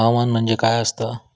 हवामान म्हणजे काय असता?